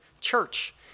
church